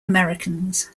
americans